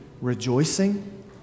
rejoicing